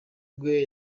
bwe